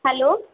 hello